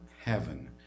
heaven